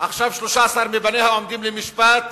עכשיו 13 מבניה עומדים למשפט